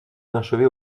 inachevé